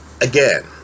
again